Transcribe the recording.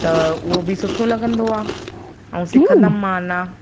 त उहो बि सुठो लगंदो आहे ऐं सिखंदमि मां अञा